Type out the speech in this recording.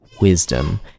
wisdom